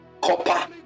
copper